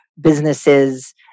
businesses